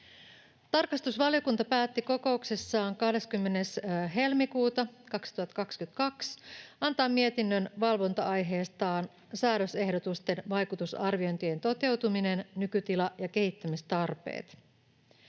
Tarkastusvaliokunta päätti kokouksessaan 20. helmikuuta 2022 antaa mietinnön valvonta-aiheestaan ”Säädösehdotusten vaikutusarviointien toteutuminen — nykytila ja kehittämistarpeet”.